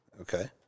okay